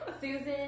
Susan